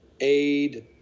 aid